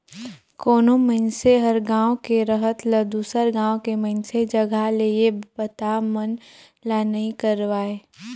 कोनो मइनसे हर गांव के रहत ल दुसर गांव के मइनसे जघा ले ये बता मन ला नइ करवाय